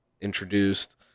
introduced